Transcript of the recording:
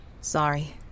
Sorry